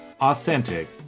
authentic